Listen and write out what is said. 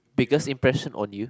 biggest impression on you